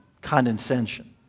condescension